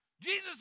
Jesus